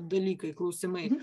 dalykai klausimai